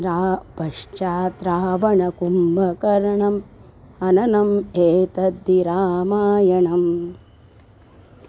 रा पश्चात् रावणकुम्भकर्णम् हननम् एतद्धि रामायणम्